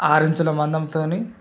ఆరు ఇంచ్ల మందంతో